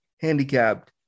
handicapped